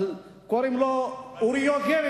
אבל קוראים לו אורי יוגב,